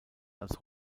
als